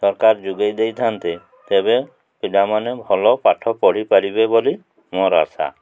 ସରକାର ଯୋଗାଇ ଦେଇଥାନ୍ତେ ତେବେ ପିଲାମାନେ ଭଲ ପାଠ ପଢ଼ିପାରିବେ ବୋଲି ମୋର ଆଶା